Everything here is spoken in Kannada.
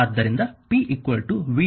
ಆದ್ದರಿಂದ p v i